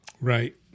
Right